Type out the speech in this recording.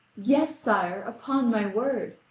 yes, sire, upon my word.